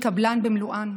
לקבלן במלואן.